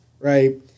right